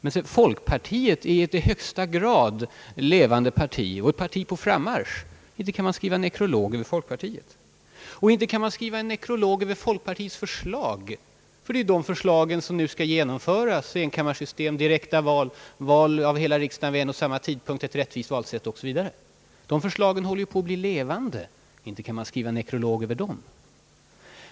Men folkpartiet är ett i högsta grad levande parti och ett parti på frammarsch. Inte kan man skriva en nekrolog över folkpartiet! Inte heller kan man skriva en nekrolog över folkpartiets förslag, ty det är folkpartiets krav som nu skall genomföras: enkammarsystem, direkta val av hela riksdagen vid en och samma tidpunkt, ett rättvist valsätt osv. De här förslagen håller ju på att bli levande! Inte kan man skriva en nekrolog över dem.